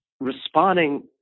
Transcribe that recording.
responding